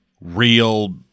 real